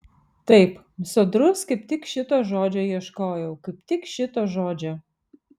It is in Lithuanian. taip sodrus kaip tik šito žodžio ieškojau kaip tik šito žodžio